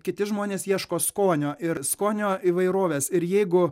kiti žmonės ieško skonio ir skonio įvairovės ir jeigu